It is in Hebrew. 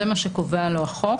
זה מה שקובע לו החוק.